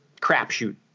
crapshoot